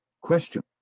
Question